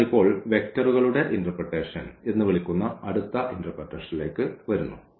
അതിനാൽ ഇപ്പോൾ വെക്റ്ററുകളുടെ ഇന്റെർപ്രെറ്റേഷൻ എന്ന് വിളിക്കുന്ന അടുത്ത ഇന്റെർപ്രെറ്റേഷൻലേക്ക് വരുന്നു